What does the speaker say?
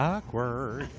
Awkward